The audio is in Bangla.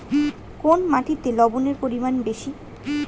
কোন মাটিতে লবণের পরিমাণ বেশি?